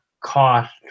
cost